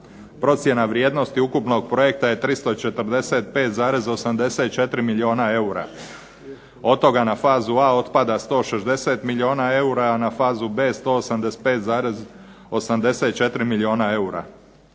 Procjena vrijednosti ukupnog projekta je 345,84 milijuna eura, od toga na fazu A otpada 160 milijuna eura, a na fazu B 185,84 milijuna eura.